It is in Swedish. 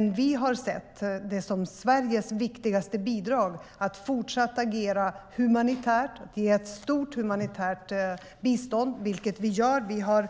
Vi har sett att Sveriges viktigaste bidrag är att fortsätta att agera humanitärt. Vi har ett stort humanitärt bistånd. Vi har